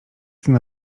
tyna